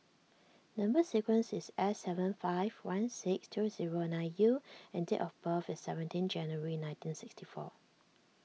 Number Sequence is S seven five one six two zero nine U and date of birth is seventeen January nineteen sixty four